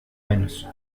menos